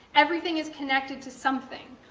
everything is connected to something,